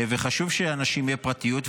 וחשוב שלאנשים תהיה פרטיות,